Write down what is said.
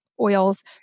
oils